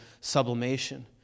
sublimation